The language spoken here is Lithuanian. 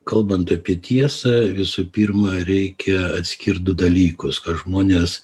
kalbant apie tiesą visų pirma reikia atskirt du dalykus ką žmonės